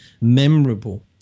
memorable